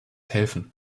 helfen